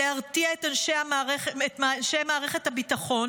להרתיע את אנשי מערכת הביטחון